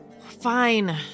Fine